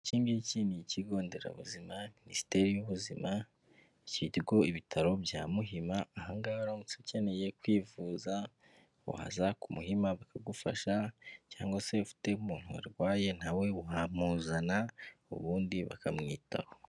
Iki ngiki ni ikigo nderabuzima Minisiteri y'ubuzima, kiriho ibitaro bya Muhima, aha ngaha uramutse ukeneye kwivuza, waza ku Muhima bakagufasha cyangwa se ufite umuntu warwaye na we wamuzana ubundi bakamwitaho.